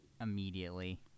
immediately